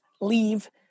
leave